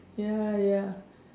ya ya